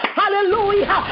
hallelujah